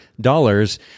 dollars